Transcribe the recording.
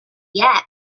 yet